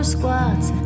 squats